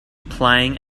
playing